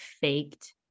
faked